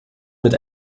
mit